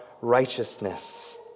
righteousness